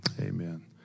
Amen